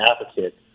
advocate